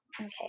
Okay